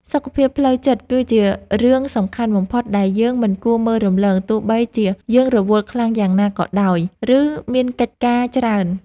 សុខភាពផ្លូវចិត្តគឺជារឿងសំខាន់បំផុតដែលយើងមិនគួរមើលរំលងទោះបីជាយើងរវល់ខ្លាំងយ៉ាងណាក៏ដោយ ឬ មានកិច្ចការច្រើន។